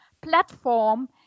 platform